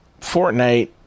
Fortnite